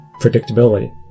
predictability